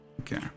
Okay